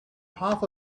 half